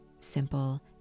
simple